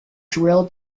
drill